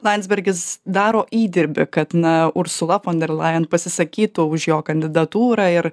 landsbergis daro įdirbį kad na ursula fon der lajen pasisakytų už jo kandidatūrą ir